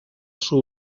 sud